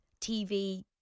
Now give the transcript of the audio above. tv